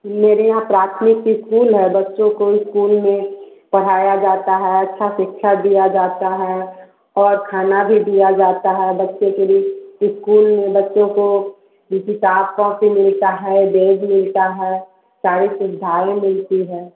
मेरे यहाँ प्राथमिक इस्कूल है बच्चों को स्कूल में पढ़ाया जाता है अच्छा शिक्षा दिया जाता है और खाना भी दिया जाता है बच्चे के लिए इस्कूल में बच्चों को ये किताब कॉपी लेता है बैग मिलता है सारी सुविधाएँ मिलती है